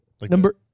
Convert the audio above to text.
Number